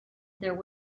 there